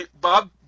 Bob